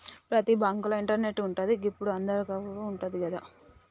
ప్రతి బాంకుల ఇంటర్నెటు ఉంటది, గిప్పుడు అందరిదగ్గర ఉంటంది గదా